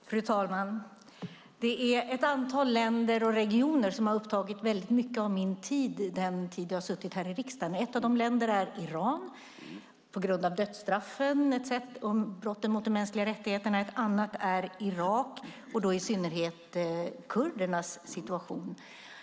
Fru talman! Det är ett antal länder och regioner som har upptagit mycket av min tid under den tid jag har suttit här i riksdagen. Ett av dessa länder är Iran, på grund av dödsstraffen och brotten mot de mänskliga rättigheterna. Ett annat är Irak, och då i synnerhet kurdernas situation.